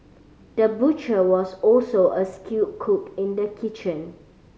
the butcher was also a skilled cook in the kitchen